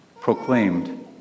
proclaimed